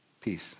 peace